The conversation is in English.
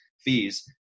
fees